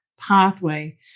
pathway